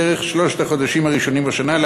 בדרך כלל בשלושת החודשים הראשונים בשנה,